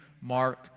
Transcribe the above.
Mark